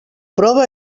prova